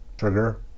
sugar